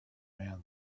man